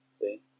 see